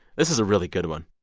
this is a really good one.